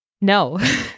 No